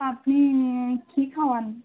আপনি কী খাওয়ান